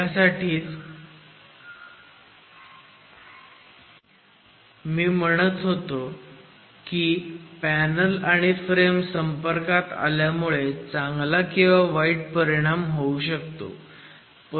ह्यासाठीच मी म्हणत होतो की पॅनल आणि फ्रेम संपर्कात आल्यामुळे चांगला किंवा वाईट परिणाम होऊ शकतो